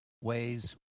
ways